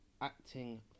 acting